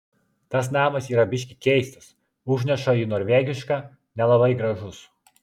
tas namas yra biški keistas užneša į norvegišką nelabai gražus